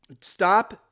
Stop